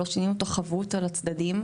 לא שינינו את החבות על הצדדים,